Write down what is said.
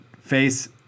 face